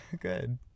Good